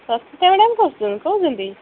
Sasmita madam କହୁଛନ୍ତି